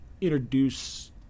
introduce